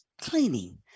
cleaning